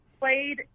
played